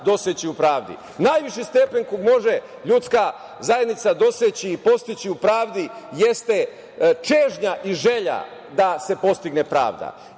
dostići u pravdi? Najviši stepen koji može ljudska zajednica dostići i postići u pravdi jeste čežnja i želja da se postigne pravda